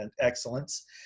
excellence